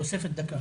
תוספת דקה...